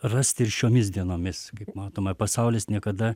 rasti ir šiomis dienomis kaip matoma pasaulis niekada